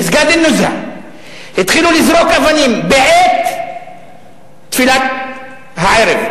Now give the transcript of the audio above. התחילו לזרוק אבנים בעת תפילת הערב,